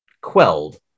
quelled